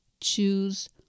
choose